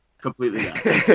Completely